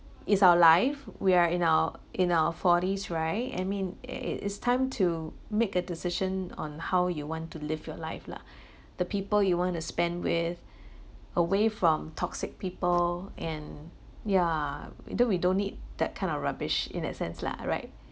is our life we are in our in our forties right I mean it it is time to make a decision on how you want to live your life lah the people you want to spend with away from toxic people and yeah we don't we don't need that kind of rubbish in that sense lah right